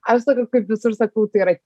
aš sakau kaip visur sakau tai yra